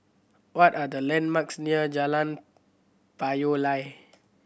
what are the landmarks near Jalan Payoh Lai